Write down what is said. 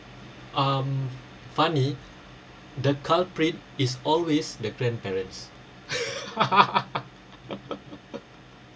um funny the culprit is always the grandparents